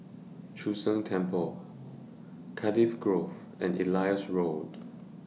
Chu Sheng Temple Cardiff Grove and Elias Road